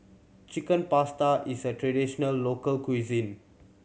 Chicken Pasta is a traditional local cuisine